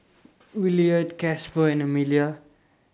Williard Casper and Emilia